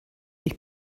ich